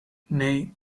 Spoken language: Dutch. nee